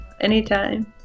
anytime